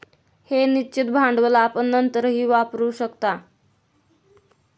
हे निश्चित भांडवल आपण नंतरही वापरू शकता